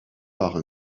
par